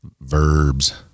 verbs